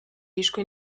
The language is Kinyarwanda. yishwe